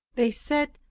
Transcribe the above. they said,